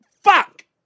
Fuck